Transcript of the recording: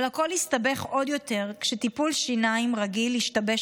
אבל הכול הסתבך עוד יותר כשטיפול שיניים רגיל השתבש